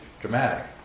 dramatic